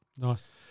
Nice